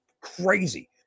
crazy